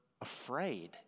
afraid